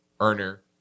earner